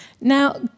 Now